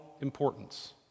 importance